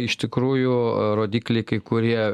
iš tikrųjų rodikliai kai kurie